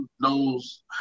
knows